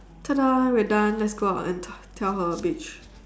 tadah we're done let's go out and tell her bitch